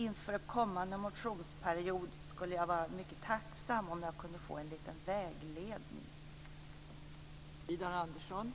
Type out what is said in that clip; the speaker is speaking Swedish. Inför kommande motionsperiod skulle jag vara tacksam om jag kunde få en liten vägledning.